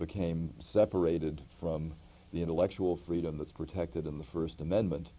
became separated from the intellectual freedom that's protected in the st amendment